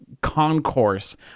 concourse